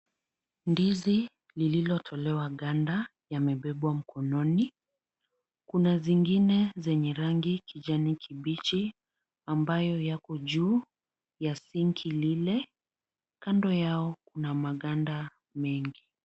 Ndizi lililotolewa ganda yamebebwa mkononi. Kuna zingine zenye rangi kijani kibichi ambayo yako juu ya sinki ile. Kando yao kuna maganda mengi.